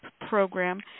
program